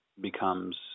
becomes –